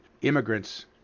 immigrants